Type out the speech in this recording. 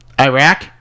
Iraq